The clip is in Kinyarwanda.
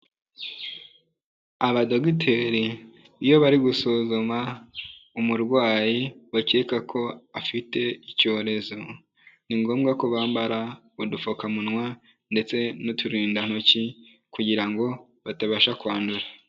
Abadogiteri iyo bari gusuzuma umurwayi bakeka ko afite icyorezo, ni ngombwa ko bambara udupfukamunwa ndetse n'uturindantoki kugira ngo batabasha kwandura.